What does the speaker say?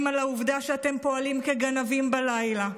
על העובדה שאתם פועלים כגנבים בלילה.